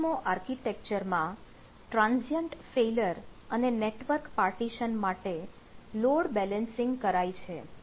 Dynamo architecture માં transient failure માટે load balancing કરાય છે